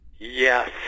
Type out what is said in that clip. Yes